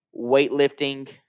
weightlifting